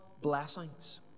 blessings